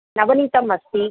नवनीतम् अस्ति